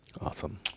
Awesome